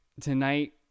tonight